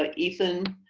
like ethan.